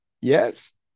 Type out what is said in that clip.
Yes